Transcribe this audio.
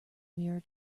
mirror